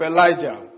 Elijah